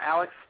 Alex